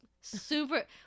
super